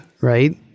right